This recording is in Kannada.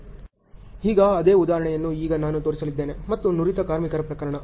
ಈಗ ಅದೇ ಉದಾಹರಣೆಯನ್ನು ಈಗ ನಾನು ತೋರಿಸಲಿದ್ದೇನೆ ಮತ್ತು ನುರಿತ ಕಾರ್ಮಿಕರ ಪ್ರಕರಣ